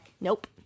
Nope